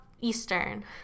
Eastern